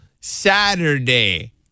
Saturday